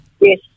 Yes